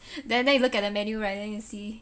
then then you look at the menu right then you see